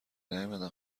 نیومدن